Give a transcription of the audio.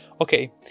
okay